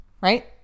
right